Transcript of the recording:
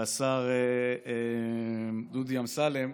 והשר דודי אמסלם,